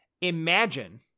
Imagine